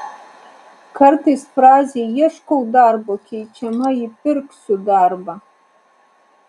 kartais frazė ieškau darbo keičiama į pirksiu darbą